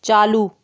चालू